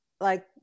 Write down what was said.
like-